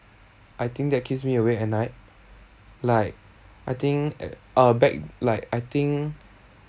I think that keeps me awake at night like I think at uh back like I think